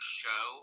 show